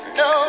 no